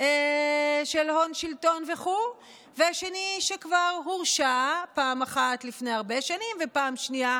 של הון שלטון וכו' והשני שכבר הורשע פעם אחת לפני הרבה שנים ופעם שנייה